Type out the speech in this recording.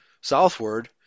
southward